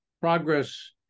progress